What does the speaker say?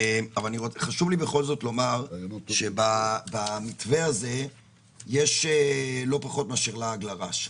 אבל חשוב לי בכל זאת לומר שבמתווה הזה יש לא פחות מאשר לעג לרש.